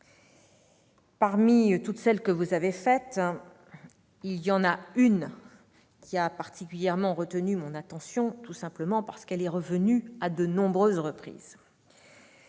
remarques et à vos questions. Il y en a une qui a particulièrement retenu mon attention, tout simplement parce qu'elle est revenue à de nombreuses reprises.